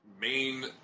main